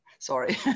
sorry